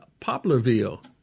Poplarville